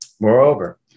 moreover